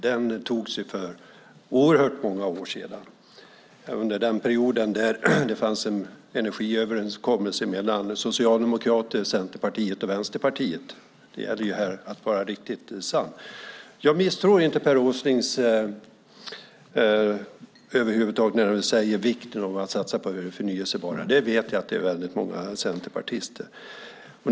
Den satsningen gjordes för oerhört många år sedan, under den period då det fanns en energiöverenskommelse mellan Socialdemokraterna, Centerpartiet och Vänsterpartiet. Det gäller att vara riktigt sann här. Jag misstror inte Per Åsling över huvud taget när han talar om vikten av att satsa på det förnybara. Jag vet att det är många centerpartister som vill det.